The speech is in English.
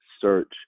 search